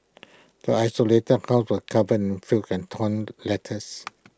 the desolated house was covered in filth and torn letters